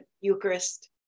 Eucharist